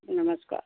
नमस्कार